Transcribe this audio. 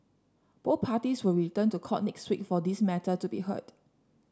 both parties will return to court next week for this matter to be heard